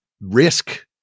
risk